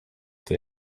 the